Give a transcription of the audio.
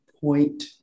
point